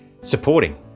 supporting